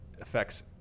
affects